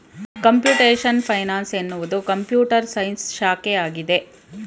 computation finance ಎನ್ನುವುದು computer science ಶಾಖೆಯಾಗಿದೆ